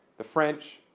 the french,